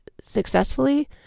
successfully